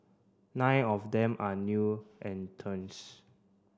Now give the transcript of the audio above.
nine of them are new